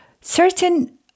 certain